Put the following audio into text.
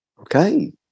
okay